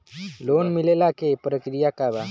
Loan मिलेला के प्रक्रिया का बा?